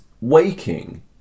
waking